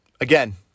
Again